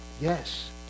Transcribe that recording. Yes